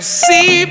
see